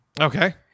Okay